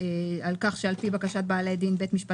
על כך שעל פי בקשת בעלי דין בית המשפט